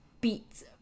beats